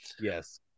yes